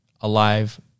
alive